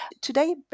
Today